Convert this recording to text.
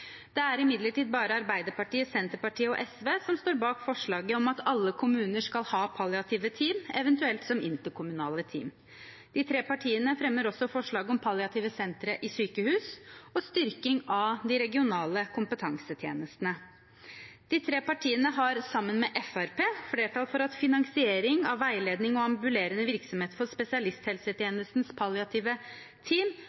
Det er imidlertid bare Arbeiderpartiet, Senterpartiet og SV som står bak forslaget om at alle kommuner skal ha palliative team, eventuelt som interkommunale team. De tre partiene fremmer også forslag om palliative sentre i sykehus og styrking av de regionale kompetansetjenestene. De tre partiene har, sammen med Fremskrittspartiet, flertall for at finansiering av veiledning og ambulerende virksomhet for spesialisthelsetjenestens palliative team